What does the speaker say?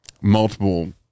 multiple